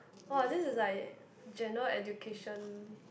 !wah! this is like general education